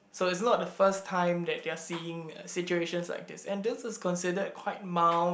so it's not the first time that they are seeing uh situations like this and this is considered quite mild